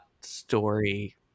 story